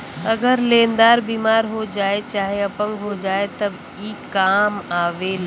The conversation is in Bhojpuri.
अगर लेन्दार बिमार हो जाए चाहे अपंग हो जाए तब ई कां आवेला